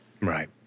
Right